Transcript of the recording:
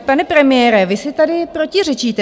Pane premiére, vy si tady protiřečíte.